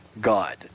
God